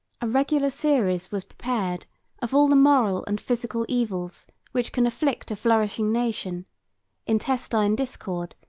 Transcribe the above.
a regular series was prepared of all the moral and physical evils which can afflict a flourishing nation intestine discord,